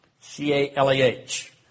C-A-L-A-H